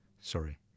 Sorry